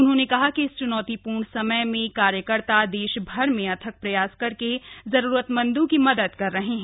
उन्होंने कहा कि इस च्नौतीपूर्ण समय में कार्यकर्ता देशभर में अथक प्रयास करके जरूरतमंदों की मदद कर रहे हैं